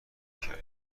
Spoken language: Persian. کرد